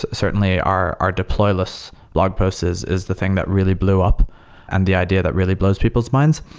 certainly, our our deployless blog post is is the thing that really blew up and the idea that really blows people's minds.